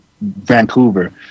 Vancouver